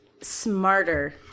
smarter